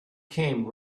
came